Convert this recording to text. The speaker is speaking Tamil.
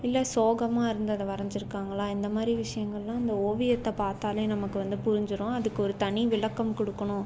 இல்லை சோகமாக இருந்து அதை வரைஞ்சிருக்காங்களா இந்த மாதிரி விஷயங்கள்லாம் அந்த ஓவியத்தை பார்த்தாலே நமக்கு வந்து புரிஞ்சிடும் அதுக்கு ஒரு தனி விளக்கம் கொடுக்கணும்